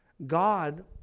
God